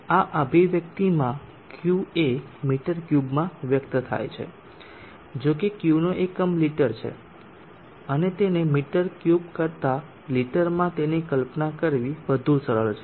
આ અભિવ્યક્તિમાં Q એ મીટર ક્યુબમાં વ્યક્ત થાય છે જો કે Qનો એકમ લિટર છે અને તેને મીટર ક્યુબ કરતા લિટરમાં તેની કલ્પના કરવી વધુ સરળ છે